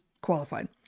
qualified